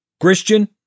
Christian